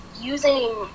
using